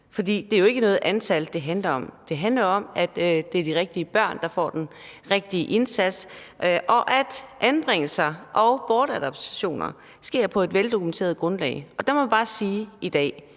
det er jo ikke antallet, det handler om; det handler om, at det er de rigtige børn, der bliver gjort den rigtige indsats for, og at anbringelser og bortadoptioner sker på et veldokumenteret grundlag. Der må man bare sige, at